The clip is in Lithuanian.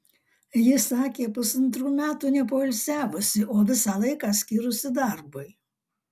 ji sakė pusantrų metų nepoilsiavusi o visą laiką skyrusi darbui